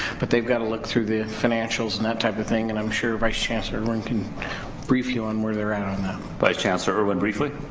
but they've gotta look through the financials and that type of thing and i'm sure vice chancellor erwin can brief you on where they're at on that. vice erwin, briefly.